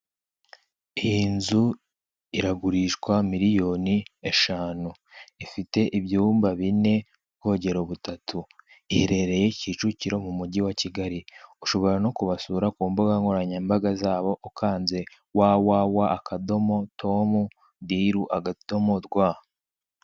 Iyi nzu iragurishwa miliyoni eshanu, ifite ibyumba bine, ubwogero butatu, iherereye Kicukiro mu mujyi wa Kigali, ushobora no kubasura ku mbuga nkoranyambaga zabo, ukanze wawawa akadomo tomu diru akadomo rwa.